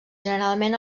generalment